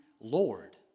Lord